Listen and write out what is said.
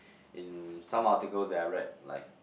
in some articles that I read like